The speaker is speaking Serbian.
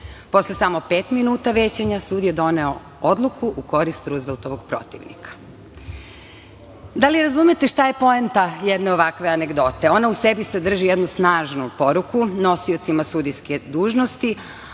Posle samo pet minuta većanja, sud je doneo odluku u korist Ruzveltovog protivnika. Da li razumete šta je poenta jedne ovakve anegdote? Ona u sebi sadrži jednu snažnu poruku nosiocima sudijske dužnosti,